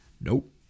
Nope